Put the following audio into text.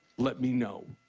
let me know.